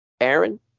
Aaron